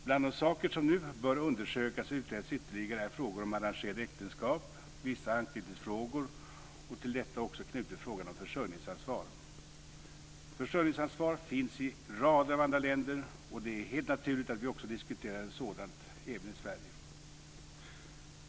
Bland de saker som nu bör undersökas och utredas ytterligare är frågor om arrangerade äktenskap, vissa anknytningsfrågor och till detta också knutet frågan om försörjningsansvar. Försörjningsansvaret finns i rader av andra länder, och det är helt naturligt att vi diskuterar ett sådant även i Sverige.